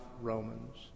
Romans